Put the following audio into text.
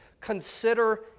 consider